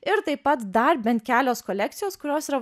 ir taip pat dar bent kelios kolekcijos kurios yra